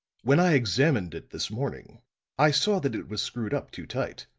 when i examined it this morning i saw that it was screwed up too tight,